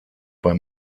bei